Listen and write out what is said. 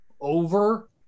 over